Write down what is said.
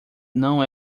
não